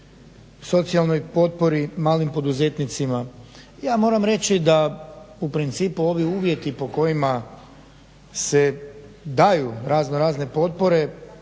socijalnoj potpori malim poduzetnicima. Ja moram reći da u principu uvjeti po kojima se daju raznorazne potpore